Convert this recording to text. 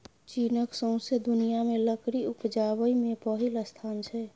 चीनक सौंसे दुनियाँ मे लकड़ी उपजाबै मे पहिल स्थान छै